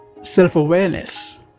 self-awareness